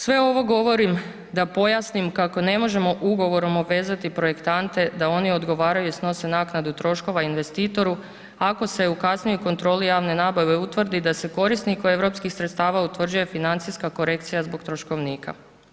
Sve ovo govorim da pojasnim kako ne možemo ugovorom obvezati projektante da oni odgovaraju i snose naknadu troškova investitoru, ako se u kasnijoj kontroli javne nabave utvrdi da se korisniku EU sredstava utvrđuje financijska korekcija zbog troškovnika.